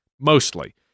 mostly